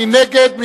מי נגד?